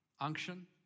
unction